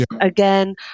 again